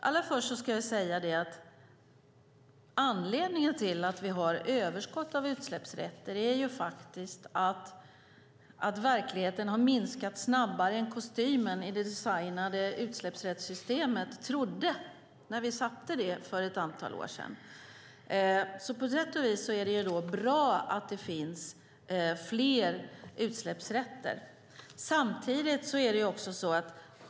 Allra först ska jag säga att anledningen till att vi har överskott av utsläppsrätter är att verkligheten har minskat snabbare än kostymen, än vad man trodde i det designade utsläppsrättssystemet när vi satte det i drift för ett antal år sedan. På sätt och vis är det bra att det finns fler utsläppsrätter.